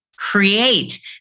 create